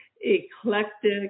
eclectic